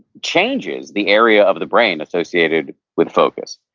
changes the area of the brain associated with focus.